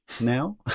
now